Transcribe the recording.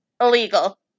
Illegal